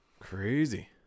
Crazy